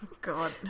God